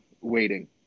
waiting